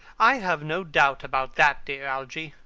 i have no doubt about that, dear algy.